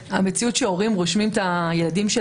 ולכל אורך השנים תמיד כשאני אומר את הטיעון הזה